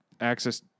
access